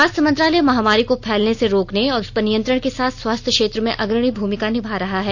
स्वास्थ्य मंत्रालय महामारी को फैलने से रोकने और उस पर नियंत्रण के साथ स्वास्थ्य क्षेत्र में अग्रणी भूमिका निभा रहा है